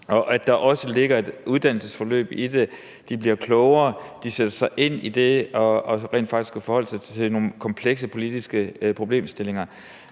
og at der også ligger et uddannelsesforløb i det. De bliver jo klogere, de sætter sig ind i det rent faktisk at forholde sig til nogle komplekse politiske problemstillinger.